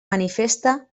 manifesta